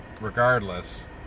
Regardless